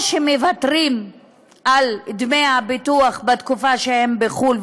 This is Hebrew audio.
או שמוותרים על דמי הביטוח בתקופה שהם בחו"ל,